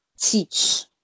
teach